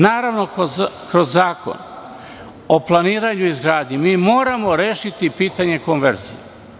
Naravno, kroz Zakon o planiranju i izgradnji mi moramo rešiti i pitanje konverzije.